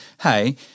hey